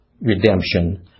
redemption